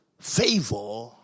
favor